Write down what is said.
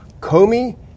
Comey